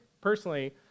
personally